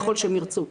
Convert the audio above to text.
ככל שהם ירצו.